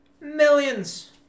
Millions